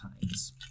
times